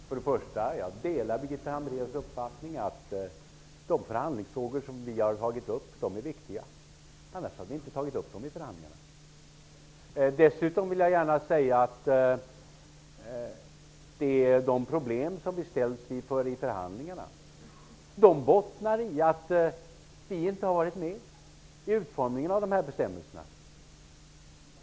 Herr talman! Jag delar Birgitta Hambraeus uppfattning att de förhandlingsfrågor som vi har tagit upp är viktiga. Annars hade vi inte tagit upp dem vid förhandlingarna. Dessutom vill jag gärna säga att de problem som vi ställs inför vid förhandlingarna bottnar i att vi inte har varit med vid utformningen av bestämmelserna.